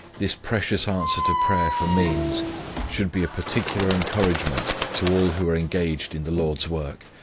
this precious answer to prayer for means should be a particular encouragement to all who are engaged in the lord's work,